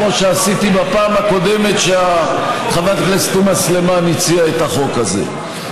כמו שעשיתי בפעם הקודמת כשחברת הכנסת תומא סלימאן הציעה את החוק הזה.